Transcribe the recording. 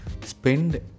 spend